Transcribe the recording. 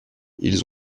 ils